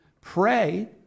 pray